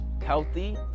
healthy